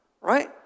Right